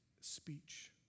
speech